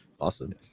Awesome